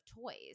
toys